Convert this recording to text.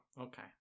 Okay